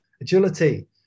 agility